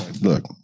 Look